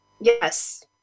Yes